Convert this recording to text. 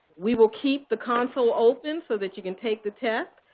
we will keep the console open so that you can take the test.